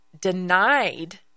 denied